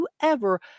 whoever